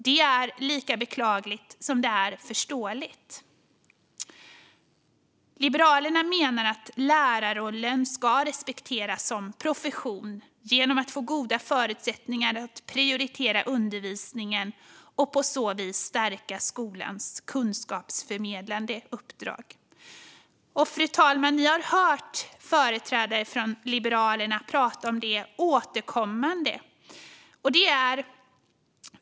Det är lika beklagligt som det är förståeligt. Liberalerna menar att lärarrollen ska respekteras som profession genom att få goda förutsättningar att prioritera undervisningen och på så vis stärka skolans kunskapsförmedlande uppdrag. Fru talman! Ni som är här har hört företrädare från Liberalerna prata om detta återkommande.